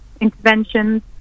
interventions